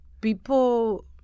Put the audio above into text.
people